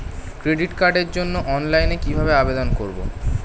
Credit কার্ডের জন্য অনলাইনে কিভাবে আবেদন করব?